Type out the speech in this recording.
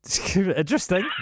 interesting